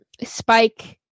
Spike